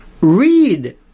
Read